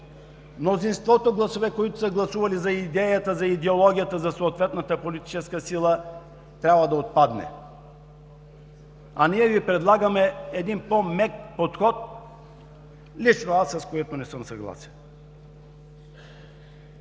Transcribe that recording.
мнозинството гласове, които са гласували за идеята, за идеологията, за съответната политическа сила, трябва да отпадне. А ние Ви предлагаме един по-мек подход, с което лично аз не съм съгласен.